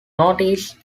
noticed